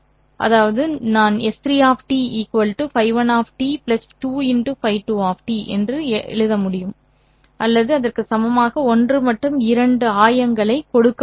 சரி நான் S3 Ф 1 2 இந்த 2 அல்லது அதற்கு சமமாக ஒன்று மற்றும் இரண்டு ஆயங்களை கொடுக்க முடியும்